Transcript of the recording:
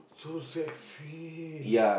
so sexy